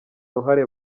ruhare